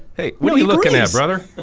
hey what are you looking at brother?